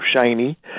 shiny